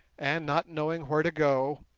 and, not knowing where to go,